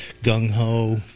gung-ho